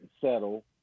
settle